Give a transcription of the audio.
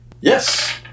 Yes